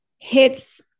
hits